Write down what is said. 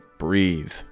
breathe